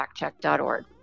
factcheck.org